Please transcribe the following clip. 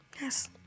Yes